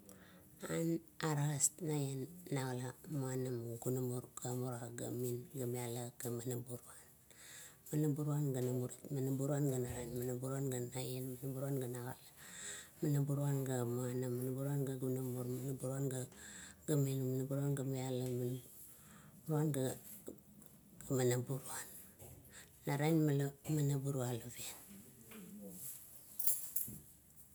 Ar, aras naien, tagala, maianam. gunamur gamura, gamin, gamiala, gamanaburun. Manaburuan ga namurit, manaburun ga narain manaburuan ga naun, manab uruan ga nagala, manaburuan ga muanam, manaburuan ga gunamur, manaburuan ga gamura, manaburuan ga gamin, manaburuan ga gamiala, naraien manaburuanivien.